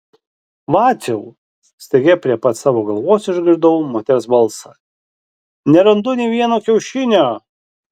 vaciau staiga prie pat savo galvos išgirdau moters balsą nerandu nė vieno kiaušinio